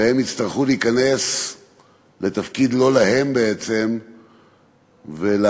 והן יצטרכו להיכנס לתפקיד לא להם בעצם ולהפיל,